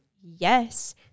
yes